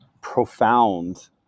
profound